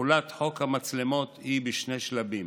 תחולת חוק המצלמות היא בשני שלבים.